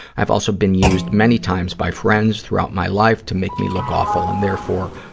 i've also been used many times by friends throughout my life to make me look awful and, therefore,